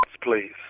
please